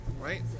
Right